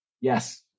Yes